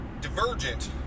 divergent